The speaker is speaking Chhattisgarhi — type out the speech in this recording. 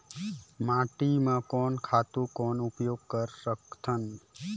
माटी म कोन खातु कौन उपयोग कर सकथन?